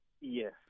Yes